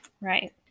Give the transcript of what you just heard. Right